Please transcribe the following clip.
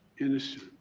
Innocent